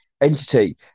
entity